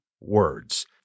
words